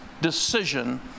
decision